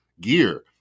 gear